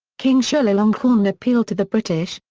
king chulalongkorn appealed to the british,